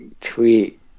tweet